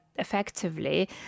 effectively